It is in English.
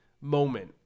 moment